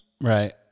Right